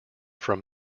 from